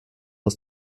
aus